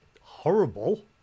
horrible